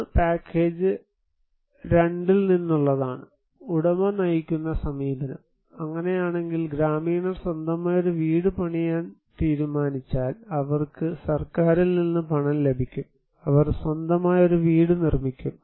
ഒന്ന് പാക്കേജ് 2 ൽ നിന്നുള്ളതാണ് ഉടമ നയിക്കുന്ന സമീപനം അങ്ങനെയാണെങ്കിൽ ഗ്രാമീണർ സ്വന്തമായി ഒരു വീട് പണിയാൻ തീരുമാനിച്ചാൽ അവർക്ക് സർക്കാരിൽ നിന്ന് പണം ലഭിക്കും അവർ സ്വന്തമായി ഒരു വീട് നിർമ്മിക്കും